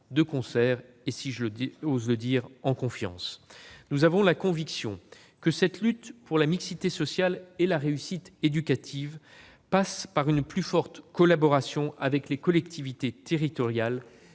de concert et, oserais-je dire, en confiance. Nous en sommes convaincus : cette lutte pour la mixité sociale et la réussite éducative passent par une plus forte collaboration avec les collectivités territoriales,